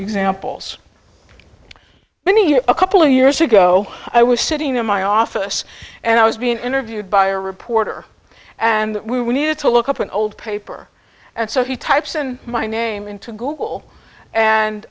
examples many you know a couple of years ago i was sitting in my office and i was being interviewed by a reporter and we needed to look up an old paper and so he types in my name into google